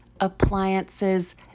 appliances